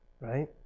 right